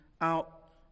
out